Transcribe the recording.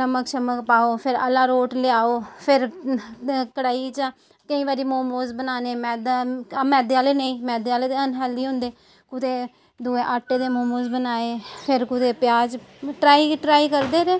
नमक शमक पाओ फिर अरा रोट लेआओ फिर कढ़ाई चा केईं बारी मोमोज़ बनाने मैदा आं मैदे आह्ले नेई मैदे आह्ले ते अनहैल्दी होंदे कुतै दूए आटे दे मोमोज़ बनाए फिर कुदै प्याज ट्राई ट्राई करदे रेह्